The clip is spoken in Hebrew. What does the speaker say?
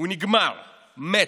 הוא נגמר, מת,